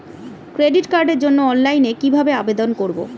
Credit কার্ডের জন্য অনলাইনে কিভাবে আবেদন করব?